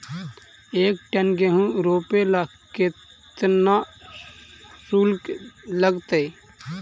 एक टन गेहूं रोपेला केतना शुल्क लगतई?